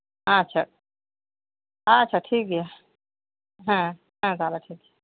ᱟᱪᱪᱷᱟ ᱟᱪᱪᱷᱟ ᱴᱷᱤᱠ ᱜᱮᱭᱟ ᱦᱮᱸ ᱛᱟᱦᱞᱮ ᱴᱷᱤᱠ ᱜᱮᱭᱟ